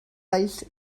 alls